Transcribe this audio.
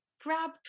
grab